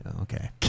Okay